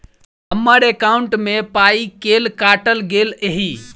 हम्मर एकॉउन्ट मे पाई केल काटल गेल एहि